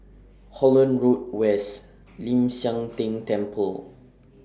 Holland Road West Ling San Teng Temple